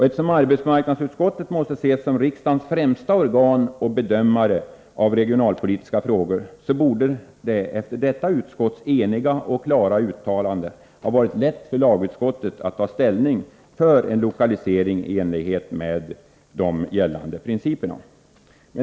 Eftersom arbetsmarknadsutskottet måste ses som riksdagens främsta organ i och bedömare av regionalpolitiska frågor, borde det efter detta utskotts eniga och klara uttalande ha varit lätt för lagutskottet att ta ställning för en lokalisering i enlighet med de gällande principerna.